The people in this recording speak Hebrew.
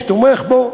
מי שתומך בו,